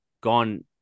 gone